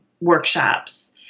workshops